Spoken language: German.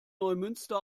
neumünster